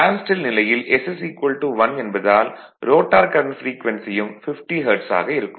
stand still நிலையில் s1 என்பதால் rotor current ப்ரீக்வென்சியும் 50 ஹெர்ட்ஸ் ஆக இருக்கும்